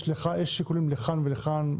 יש שיקולים לכאן ולכאן,